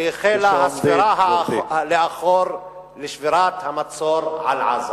שהחלה הספירה לאחור לשבירת המצור על עזה.